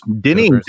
Denny